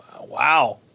Wow